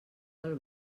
del